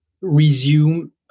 resume